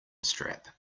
strap